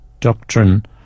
doctrine